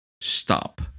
Stop